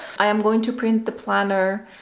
i am going to print the planner